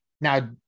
Now